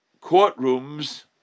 courtrooms